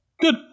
good